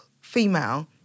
female